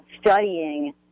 Studying